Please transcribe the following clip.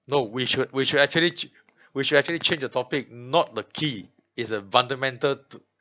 no we should we should actually ch~ we should actually change the topic not the key is a fundamental to